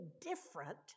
different